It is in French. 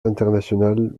international